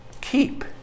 keep